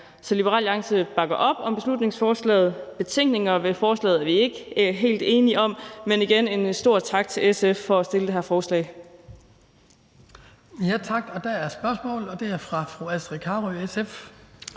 Liberal Alliance bakker op om beslutningsforslaget. Betænkningerne ved forslaget er vi ikke helt enige i, men igen skal der lyde en stor tak til SF for at have fremsat det her forslag.